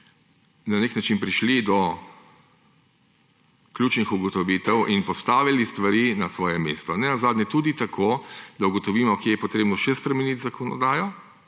na nek način prišli do ključnih ugotovitev in postavili stvari na svoje mesto. Nenazadnje tudi tako, da ugotovimo, kje je treba še spremeniti zakonodajo.